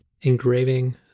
engraving